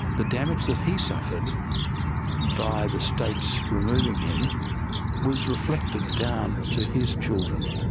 the damage that he suffered by the states removing him was reflected down to his children.